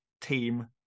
team